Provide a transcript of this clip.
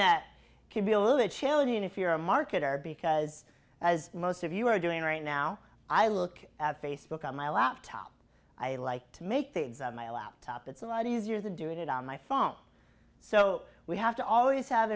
that can be a little bit challenging if you're a marketer because as most of you are doing right now i look at facebook on my laptop i like to make my laptop it's a lot easier than doing it on my phone so we have to always have